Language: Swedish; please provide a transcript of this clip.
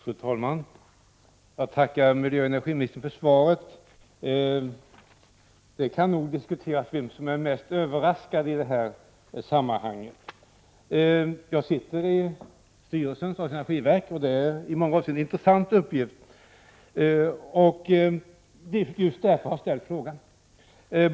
Fru talman! Jag tackar miljöoch energiministern för svaret. Det kan nog diskuteras vem som är mest överraskad i det här sammanhanget. Jag sitter i styrelsen för statens energiverk. Det är en i många avseenden intressant uppgift. Det är just därför som jag har ställt frågan.